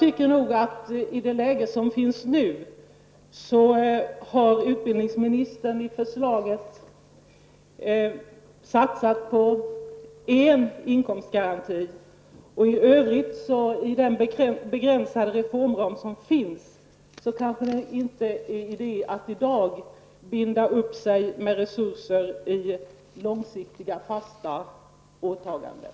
I nuvarande läge har utbildningsministern i sitt förslag satsat på en enda garanti. Inom den begränsade reformram som föreligger är det i dag knappast någon idé att binda upp sig för resurser till långsiktiga fasta åttaganden.